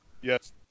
yes